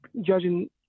judging